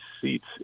seats